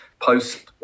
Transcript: post